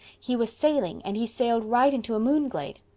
he was sailing and he sailed right into a moonglade.